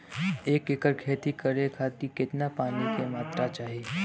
एक एकड़ खेती करे खातिर कितना पानी के मात्रा चाही?